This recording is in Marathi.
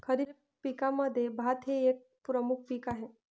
खरीप पिकांमध्ये भात हे एक प्रमुख पीक आहे